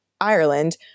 Ireland